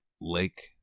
lake